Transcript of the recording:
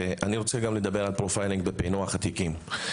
ואני רוצה גם לדבר על "פרופיילינג" בפיענוח התיקים.